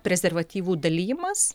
prezervatyvų dalijimas